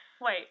Wait